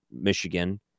Michigan